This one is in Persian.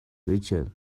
ریچل